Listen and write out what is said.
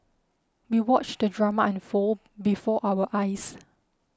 we watched the drama unfold before our eyes